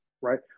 right